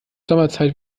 sommerzeit